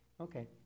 okay